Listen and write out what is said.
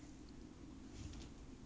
I got no choice lah !huh!